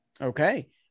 Okay